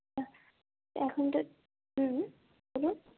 এখন তো হুম বলুন